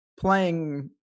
playing